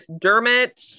dermot